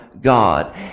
God